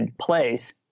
place